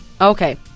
Okay